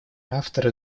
авторы